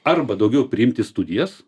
arba daugiau priimt į studijas